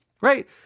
right